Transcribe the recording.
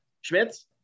Schmitz